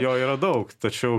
jo yra daug tačiau